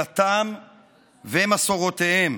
דתם ומסורותיהם.